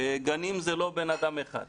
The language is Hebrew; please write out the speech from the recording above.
גנים זה לא בן אדם אחד.